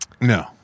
No